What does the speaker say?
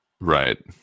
right